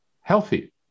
healthy